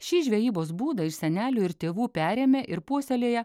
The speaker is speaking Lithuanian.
šį žvejybos būdą iš senelių ir tėvų perėmė ir puoselėja